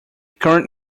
current